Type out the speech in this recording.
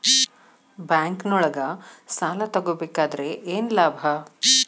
ಬ್ಯಾಂಕ್ನೊಳಗ್ ಸಾಲ ತಗೊಬೇಕಾದ್ರೆ ಏನ್ ಲಾಭ?